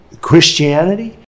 Christianity